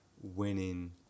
winning